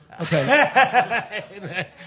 Okay